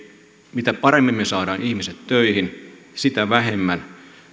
mitä paremmin me saamme ihmiset töihin sitä vähemmän